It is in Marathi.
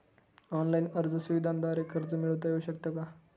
ऑनलाईन अर्ज सुविधांद्वारे कर्ज मिळविता येऊ शकते का?